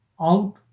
out